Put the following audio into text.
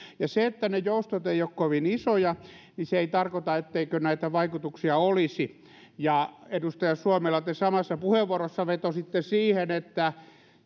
ja se että joustot eivät ole kovin isoja ei tarkoita etteikö näitä vaikutuksia olisi ja edustaja suomela te samassa puheenvuorossa vetositte siihen että